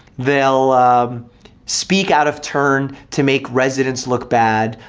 they'll speak out of turn to make residents look bad,